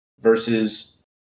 versus